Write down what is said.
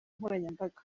nkoranyambaga